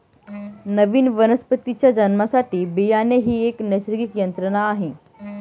नवीन वनस्पतीच्या जन्मासाठी बियाणे ही एक नैसर्गिक यंत्रणा आहे